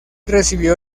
recibió